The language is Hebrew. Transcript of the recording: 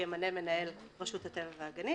שימנה מנהל רשות הטבע והגנים